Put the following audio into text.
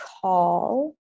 call